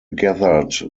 gathered